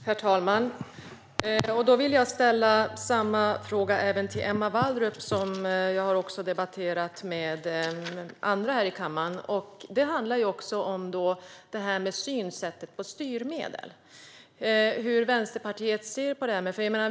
Herr talman! Jag vill ställa samma fråga till Emma Wallrup som jag också har debatterat med andra i kammaren. Det handlar om synsättet på styrmedel. Hur ser Vänsterpartiet på detta?